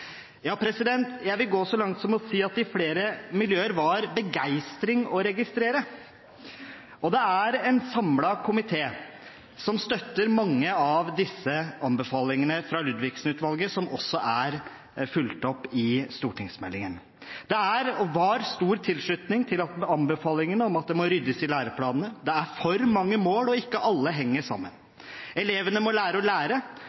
jeg vil gå så langt som å si at det i flere miljøer var begeistring å registrere. Det er en samlet komité som støtter mange av disse anbefalingene fra Ludvigsen-utvalget som også er fulgt opp i stortingsmeldingen. Det er og var stor tilslutning til anbefalingen om at det må ryddes i læreplanene. Det er for mange mål, og ikke alle henger sammen. Elevene må lære